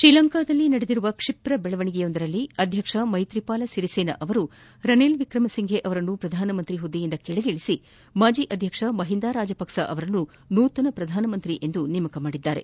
ತ್ರೀಲಂಕಾದಲ್ಲಿ ನಡೆದಿರುವ ಕ್ಷಿಪ್ರ ಬೆಳವಣಿಗೆಯಲ್ಲಿ ಅಧ್ಯಕ್ಷ ಮೈತ್ರಿಪಾಲ ಸಿರಿಸೇನಾ ಅವರು ರನಿಲ್ ವಿಕ್ರಮಸಿಂಫೆ ಅವರನ್ನು ಪ್ರಧಾನಿ ಹುದ್ದೆಯಿಂದ ಕೆಳಗಿಳಿಸಿ ಮಾಜಿ ಅಧ್ಯಕ್ಷ ಮಹಿಂದ ರಾಜಪಕ್ಷ ಅವರನ್ನು ನೂತನ ಪ್ರಧಾನಮಂತ್ರಿಯಾಗಿ ನೇಮಿಸಿದ್ದಾರೆ